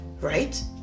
right